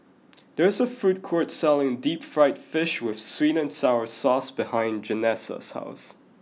there is a food court selling deep fried fish with sweet and sour sauce behind Janessa's house